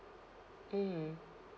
mm